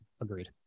Agreed